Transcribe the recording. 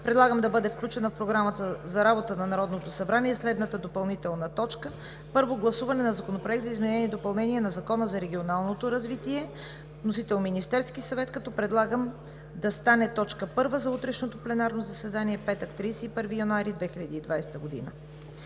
предлагам да бъде включена в Програмата за работа на Народното събрание следната допълнителна точка: Първо гласуване на Законопроекта за изменение и допълнение на Закона за регионалното развитие. Вносител е Министерският съвет. Предлагам да стане точка първа за утрешното пленарно заседание – петък,